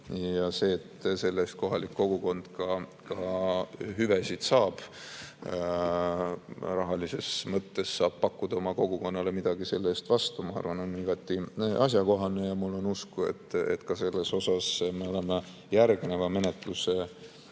Ja see, et selle eest kohalik kogukond ka hüvesid saab, rahalises mõttes pakutakse kogukonnale midagi selle eest vastu, ma arvan, on igati asjakohane. Ja mul on usku, et ka selles osas me teame järgneva menetluse,